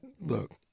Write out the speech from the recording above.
look